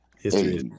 History